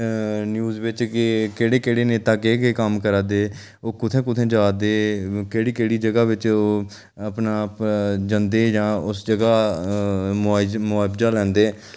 news बिच की केह्ड़े केह्ड़े नेता केह् केह कम्म करै दे ओह् कुत्थै कुत्थै जा दे केह्ड़ी केह्ड़ी जगह् बिच ओह् अपना प जंदे जां उस जगह् दा मुआ मुआवजा लैंदे